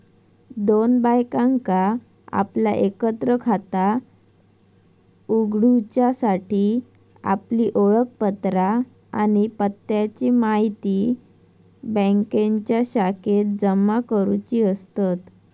दोन बायकांका आपला एकत्र खाता उघडूच्यासाठी आपली ओळखपत्रा आणि पत्त्याची म्हायती बँकेच्या शाखेत जमा करुची असतत